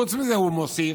חוץ מזה", הוא מוסיף,